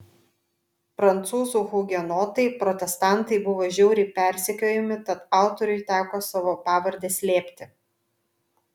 prancūzų hugenotai protestantai buvo žiauriai persekiojami tad autoriui teko savo pavardę slėpti